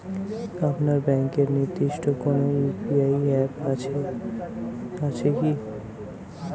আপনার ব্যাংকের নির্দিষ্ট কোনো ইউ.পি.আই অ্যাপ আছে আছে কি?